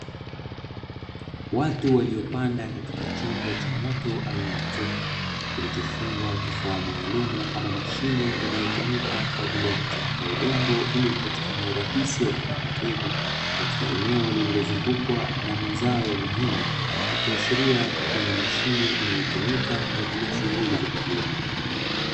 Watu waliopanda katika chombo maalumu aina ya trekta, kilichofungwa kifaa maalumu ama mashine inayotumika kuchakata udongo ili upatikane urahisi wa kupanda mbegu katika eneo lililozungukwa na zao la mahindi, ikiashiria kuwa ni mashine inayotumika kwa ajili ya shughuli za kilimo.